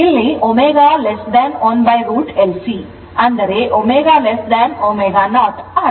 ಇಲ್ಲಿ ω 1√ L C ಅಂದರೆ ωω0 ಆಗಿದೆ